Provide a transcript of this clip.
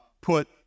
put